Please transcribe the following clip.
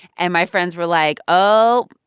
and my friends were like, oh.